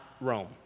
Rome